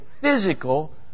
physical